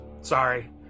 sorry